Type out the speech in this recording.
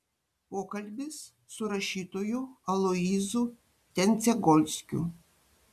pokalbis su rašytoju aloyzu tendzegolskiu